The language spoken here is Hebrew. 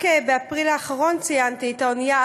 רק באפריל האחרון ציינתי את האונייה,